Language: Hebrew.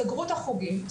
סגרו את החוגים,